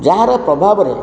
ଯାହାର ପ୍ରଭାବରେ